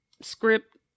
script